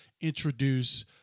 introduce